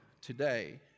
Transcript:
today